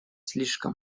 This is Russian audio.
слишком